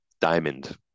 diamond